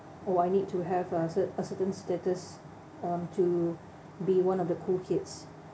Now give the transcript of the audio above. oh I need to have a cert~ a certain status um to be one of the cool kids